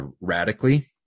radically